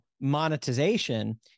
monetization